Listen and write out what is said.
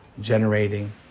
generating